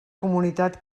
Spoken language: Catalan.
comunitat